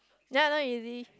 ya not easy